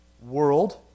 world